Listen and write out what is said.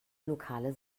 lokale